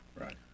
right